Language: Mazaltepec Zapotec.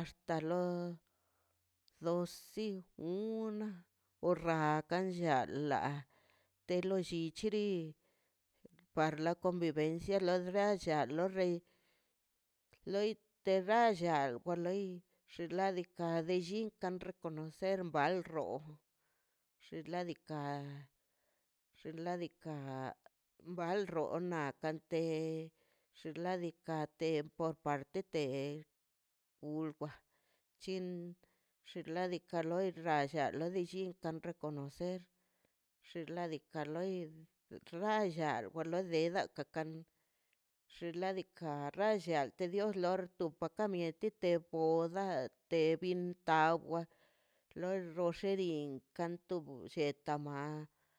axta lo dos si una o rakan lla la te lo llichi li par la convivencia lo xlliacha lo rei loi te ralla kwa loi xinladika de llinkan reconocer bal roo xinladika xinladika bal roonan kan te xinladika a te por parte a te wlba chian xinladika loi ralla lo de lli wkan reconocer xinladika loi ralla wa loi peda ka kan xin ladika ralla to dios loi to to ka mieti loi oda te bin tawa lol rellilin kanto blliella maa.